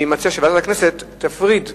אני מציע שוועדת הכנסת תפריד בהמלצה,